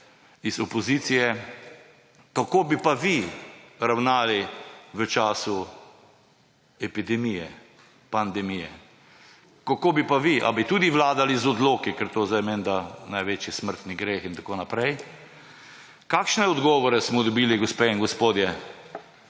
iz opozicije: »Kako bi pa vi ravnali v času epidemije, pandemije? Kako bi pa vi? Ali bi tudi vladali z odloki?« Ker to je sedaj menda največji smrtni greh in tako naprej. Kakšne odgovore smo dobili, gospe in gospodje?